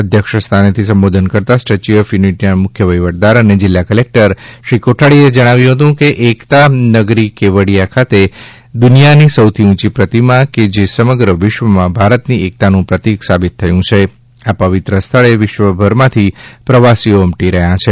અધ્યક્ષસ્થાનેથી સંબોધન કરતા statue of યુનિટીનાં મુખ્ય વહીવટદાર અને જીલ્લા કલેકટર મનોજ કોઠારીએ જણાવ્યુ હતુ કે એકતા નગરી કેવડીયા ખાતે દુનિયાની સૌથી ઉંચી પ્રતિમા કે જે સમગ્ર વિશ્વમાં ભારતની એકતાનું પ્રતિક સાબિત થયુ છે આ પવિત્ર સ્થળે વિશ્વભરમાંથી પ્રવાસીઓ ઉમટી રહ્યા છે